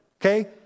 Okay